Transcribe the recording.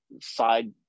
side